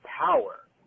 power